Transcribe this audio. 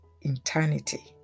eternity